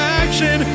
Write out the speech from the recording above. action